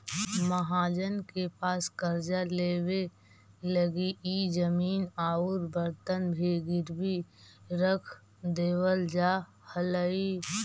महाजन के पास कर्जा लेवे लगी इ जमीन औउर बर्तन भी गिरवी रख देवल जा हलई